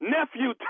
Nephew